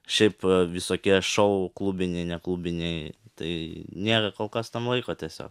šiaip visokie šou klubiniai neklubiniai tai nėra kol kas tam laiko tiesiog